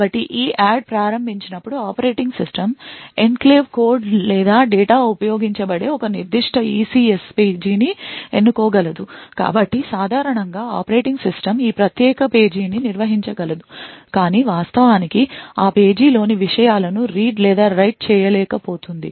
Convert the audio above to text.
కాబట్టి EADD ప్రారంభించినప్పుడు operating system enclave code లేదా డేటా ఉపయోగించబడే ఒక నిర్దిష్ట ECS పేజీని ఎన్నుకోగలదు కాబట్టి సాధారణంగా ఆపరేటింగ్ సిస్టమ్ ఈ ప్రత్యేక పేజీని నిర్వహించగలదు కాని వాస్తవానికి ఆ పేజీలోని విషయాలను read లేదా write చేయలేకపోతోంది